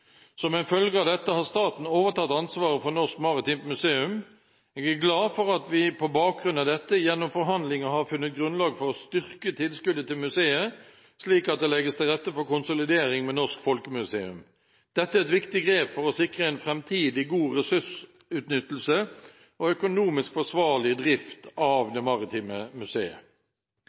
Som en følge av dette har staten overtatt ansvaret for Norsk Maritimt Museum. Jeg er glad for at vi på bakgrunn av dette gjennom forhandlinger har funnet grunnlag for å styrke tilskuddet til museet slik at det legges til rette for en konsolidering med Norsk Folkemuseum. Dette er et viktig grep for å sikre en framtidig god ressursutnyttelse og en økonomisk forsvarlig drift av det maritime museet.